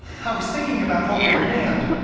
i was thinking about holding your hand.